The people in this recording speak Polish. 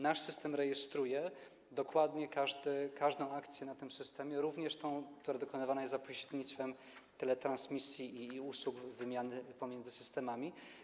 Nasz system rejestruje dokładnie każdą akcję w tym systemie, również tę, która dokonywana jest za pośrednictwem teletransmisji i usług wymiany pomiędzy systemami.